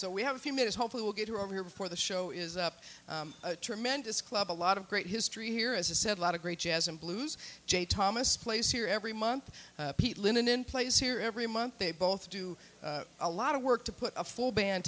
so we have a few minutes hopefully we'll get her over here before the show is up tremendous club a lot of great history here as a said lot of great jazz and blues jay thomas place here every month pete linen in plays here every month they both do a lot of work to put a full band